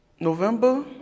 November